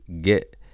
get